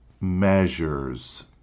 measures